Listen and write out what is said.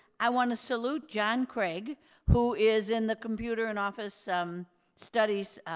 i want to salute john craig who is in the computer and office um studies